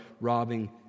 robbing